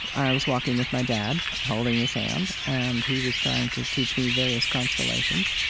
i was walking with my dad, holding his hand, and he was trying to teach me various constellations.